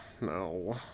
no